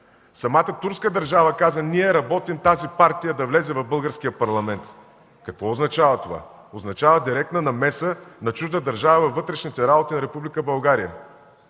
Самата турска държава каза: „Ние работим тази партия да влезе в Българския парламент”. Какво означава това? Означава директна намеса на чужда държава във вътрешните работи на Република